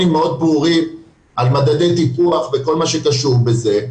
מאוד ברורים על מדדי טיפוח וכל מה שקשור בזה,